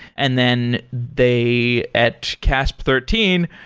and then they, at casp thirteen,